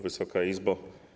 Wysoka Izbo!